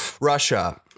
Russia